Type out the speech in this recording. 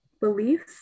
beliefs